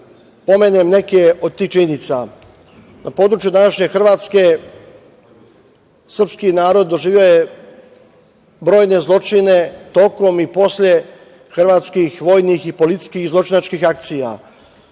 Pomenuće neke od tih činjenica. Na području današnje Hrvatske, srpski narod je doživeo brojne zločine tokom i posle hrvatskih vojnih i policijskih zločinačkih akcija.